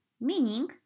meaning